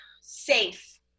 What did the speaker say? safe